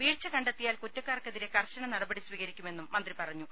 വീഴ്ച കണ്ടെത്തിയാൽ കുറ്റക്കാർക്കെതിരെ കർശന നടപടി സ്വീകരിക്കുമെന്നും മന്ത്രി പറഞ്ഞു